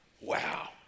Wow